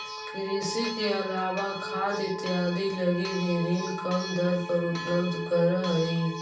कृषि के अलावा खाद इत्यादि लगी भी ऋण कम दर पर उपलब्ध रहऽ हइ